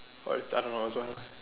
or I don't know